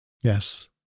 Yes